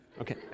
okay